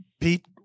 Pete